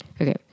Okay